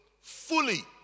Fully